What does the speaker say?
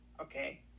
okay